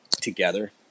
together